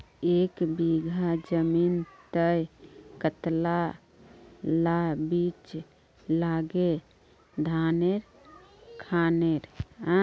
एक बीघा जमीन तय कतला ला बीज लागे धानेर खानेर?